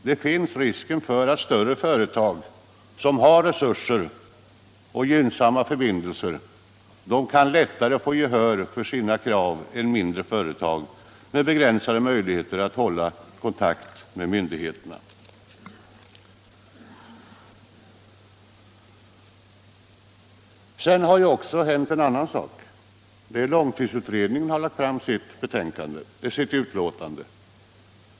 Det är risk att större företag som har resurser och gynnsamma förbindelser lättare kan få gehör för sina krav än mindre företag med begränsade möjligheter att hålla kontakt med myndigheterna. Det har också hänt en annan sak: Långtidsutredningen har lagt fram sitt utlåtande.